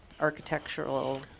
architectural